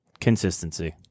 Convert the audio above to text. consistency